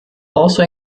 also